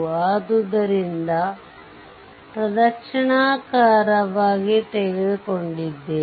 ಆದ್ದರಿಂದ ಪ್ರದಕ್ಷಿಣಾಕಾರವಾಗಿ ತೆಗೆದುಕೊಂಡಿದ್ದೇವೆ